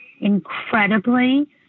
incredibly